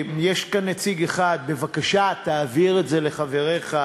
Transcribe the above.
יש כאן נציג אחד, בבקשה, תעביר את זה לחבריך,